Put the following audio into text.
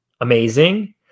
amazing